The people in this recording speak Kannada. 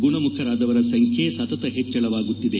ಗುಣಮುಖರಾದವರ ಸಂಖ್ಯೆ ಸತತ ಹೆಚ್ಚಳವಾಗುತ್ತಿದೆ